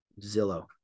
Zillow